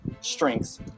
strengths